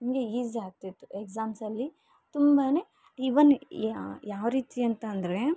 ನಮಗೆ ಈಝಿ ಆಗ್ತಿತ್ತು ಎಕ್ಸಾಮ್ಸಲ್ಲಿ ತುಂಬಾ ಇವನ್ ಯಾವರೀತಿ ಅಂತಂದರೆ